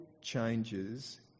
changes